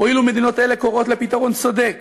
הואיל ומדינות אלה קוראות לפתרון צודק